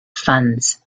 funds